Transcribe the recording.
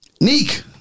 Neek